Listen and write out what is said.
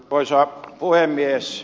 arvoisa puhemies